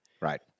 Right